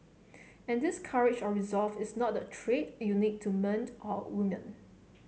and this courage or resolve is not a trait unique to men or woman